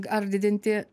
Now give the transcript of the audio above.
ar didinti